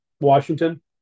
Washington